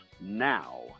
now